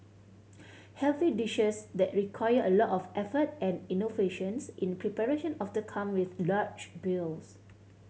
healthy dishes that require a lot of effort and innovations in preparation of the come with large bills